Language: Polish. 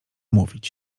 mówić